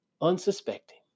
unsuspecting